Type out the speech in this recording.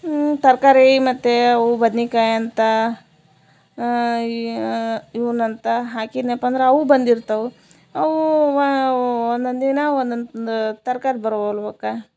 ಇವು ತರಕಾರಿ ಮತ್ತು ಅವು ಬದ್ನಿಕಾಯಿ ಅಂಥ ಇವ್ನಂತ ಹಾಕಿದ್ನ್ಯಪ್ಪ ಅಂದ್ರೆ ಅವು ಬಂದಿರ್ತವೆ ಅವು ಒಂದೊಂದು ದಿನ ಒಂದೊಂದು ತರಕಾರಿ ಬರುವಲ್ವಕ